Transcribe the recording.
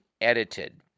edited